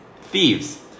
Thieves